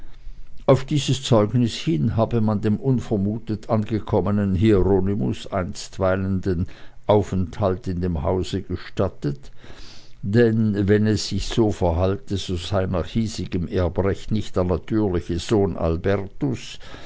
auf dieses zeugnis hin habe man dem unvermutet angekommenen hieronymus einstweilen den aufenthalt in dem hause gestattet denn wenn es sich so verhalte so sei nach hiesigem erbrecht nicht der natürliche sohn albertus